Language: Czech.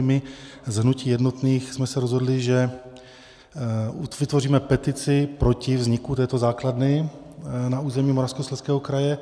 My z hnutí Jednotných jsme se rozhodli, že vytvoříme petici proti vzniku této základny na území Moravskoslezského kraje.